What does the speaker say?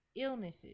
illnesses